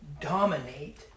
dominate